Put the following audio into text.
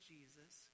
Jesus